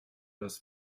das